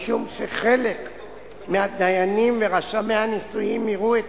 משום שחלק מהדיינים ורשמי הנישואים יראו את